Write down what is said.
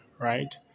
right